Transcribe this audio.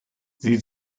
sie